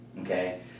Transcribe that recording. okay